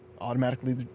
automatically